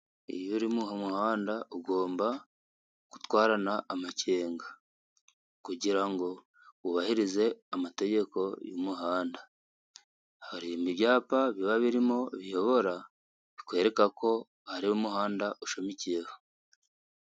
Iyo uri mu muhanda ugomba gutwarana amakenga, kugira ngo wubahirize amategeko y'umuhanda, hari ibyapa biba birimo biyobora bikwereka ko hari umuhanda ushamikiyeho.